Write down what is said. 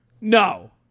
No